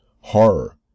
horror